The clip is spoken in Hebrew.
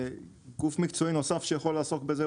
גוף מקצועי נוסף שיכול לעסוק בזה,